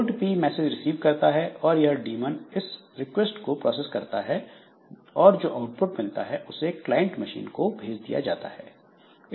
port P message receive करता है और यह डीमन इस रिक्वेस्ट को प्रोसेस करता है और जो आउटपुट मिलता है उसे क्लाइंट मशीन को भेज दिया जाता है